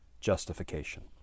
justification